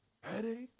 Headache